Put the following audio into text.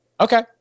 Okay